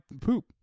poop